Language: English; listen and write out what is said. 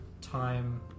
time